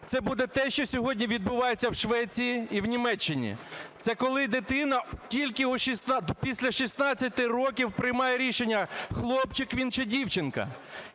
це буде те, що сьогодні відбувається в Швеції і в Німеччині. Це коли дитина тільки після 16 років приймає рішення, хлопчик він чи дівчинка.